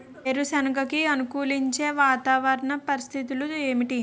వేరుసెనగ కి అనుకూలించే వాతావరణ పరిస్థితులు ఏమిటి?